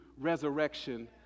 Resurrection